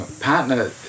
partner